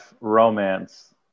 romance